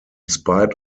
spite